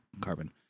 carbon